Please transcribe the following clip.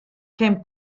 kemm